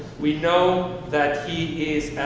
we know that he is